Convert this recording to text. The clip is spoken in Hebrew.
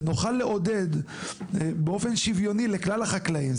ונוכל לעודד באופן שוויוני לכלל החקלאים.